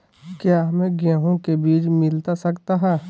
क्या हमे गेंहू के बीज मिलता सकता है?